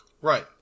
Right